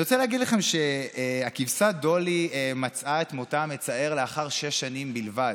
אני רוצה להגיד לכם שהכבשה דולי מצאה את מותה המצער לאחר שש שנים בלבד,